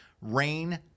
Rain